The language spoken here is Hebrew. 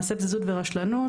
מעשה פזיזות ורשלנות,